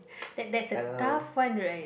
that that's a tough one right